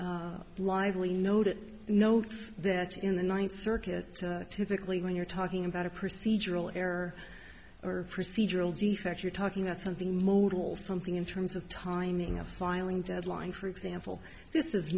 lively no to note that in the ninth circuit typically when you're talking about a procedural error or procedural defect you're talking about something moodle something in terms of timing a filing deadline for example this is